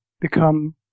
become